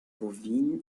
bovine